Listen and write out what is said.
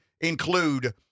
include